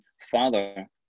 father